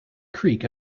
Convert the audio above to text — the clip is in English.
creek